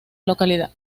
localidad